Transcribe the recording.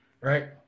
right